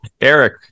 Eric